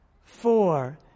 four